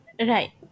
Right